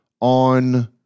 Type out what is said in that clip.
on